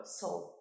soul